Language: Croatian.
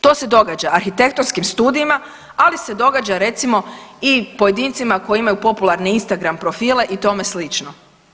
To se događa arhitektonskim studijima, ali se događa recimo i pojedincima koji imaju popularni Instagram profile i tome slično.